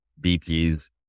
BTs